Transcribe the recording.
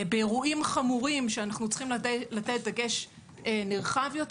באירועים חמורים שאנחנו צריכים לתת נרחב יותר,